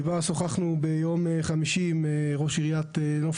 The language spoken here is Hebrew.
שוחחנו ביום חמישי עם ראש עיריית נוף